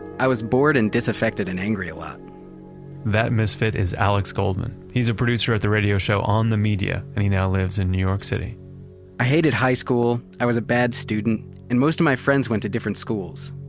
i was bored, and disaffected, and angry a lot that misfit is alex goldman. he's a producer at the radio show, on the media and he now lives in new york city i hated high school, i was a bad student and most of my friends went to different schools.